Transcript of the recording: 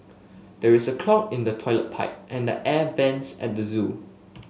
there is a clog in the toilet pipe and the air vents at the zoo